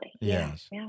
Yes